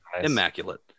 immaculate